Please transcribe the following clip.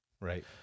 Right